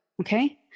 okay